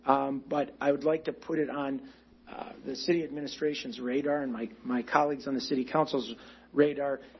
um, but i would like to put it on the city administration's radar. and my, my colleagues on the city council's radar,